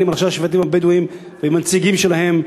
עם ראשי השבטים הבדואיים ועם הנציגים שלהם,